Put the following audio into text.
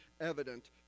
evident